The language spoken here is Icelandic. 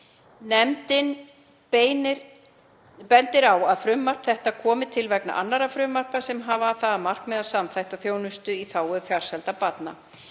Nefndin bendir á að frumvarp þetta komi til vegna annarra frumvarpa sem hafa það markmið að samþætta þjónustu í þágu farsældar barna.